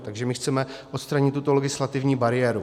Takže my chceme odstranit tuto legislativní bariéru.